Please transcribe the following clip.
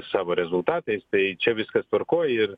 savo rezultatais tai čia viskas tvarkoj ir